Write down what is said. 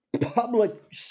public